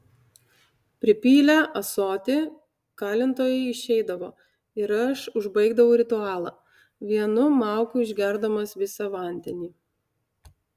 pripylę ąsotį kalintojai išeidavo ir aš užbaigdavau ritualą vienu mauku išgerdamas visą vandenį